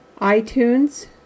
iTunes